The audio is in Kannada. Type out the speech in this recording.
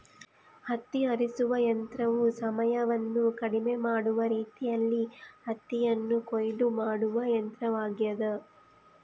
ಹತ್ತಿ ಆರಿಸುವ ಯಂತ್ರವು ಸಮಯವನ್ನು ಕಡಿಮೆ ಮಾಡುವ ರೀತಿಯಲ್ಲಿ ಹತ್ತಿಯನ್ನು ಕೊಯ್ಲು ಮಾಡುವ ಯಂತ್ರವಾಗ್ಯದ